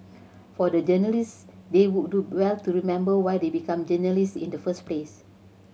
for the journalists they would do well to remember why they become journalists in the first place